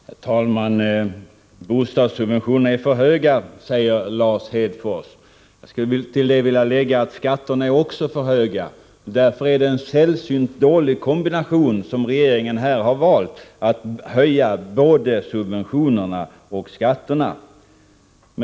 Herr talman! Bostadssubventionerna är för höga, säger Lars Hedfors. Jag skulle till detta vilja lägga att skatterna också är för höga. Därför är det en sällsynt dålig kombination som regeringen här har valt, att höja både subventionerna och skatterna.